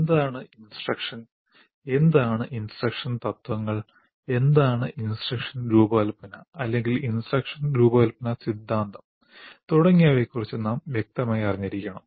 എന്താണ് ഇൻസ്ട്രക്ഷൻ എന്താണ് ഇൻസ്ട്രക്ഷൻ തത്ത്വങ്ങൾ എന്താണ് ഇൻസ്ട്രക്ഷൻ രൂപകൽപ്പന അല്ലെങ്കിൽ ഇൻസ്ട്രക്ഷൻ രൂപകൽപ്പന സിദ്ധാന്തം തുടങ്ങിയവയെക്കുറിച്ച് നാം വ്യക്തമായിരിക്കണം